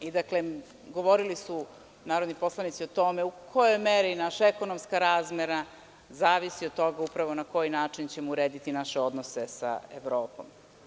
Govorili su narodni poslanici o tome u kojoj meri naša ekonomska razmena zavisi upravo od toga na koji način ćemo urediti naše odnose sa Evropom.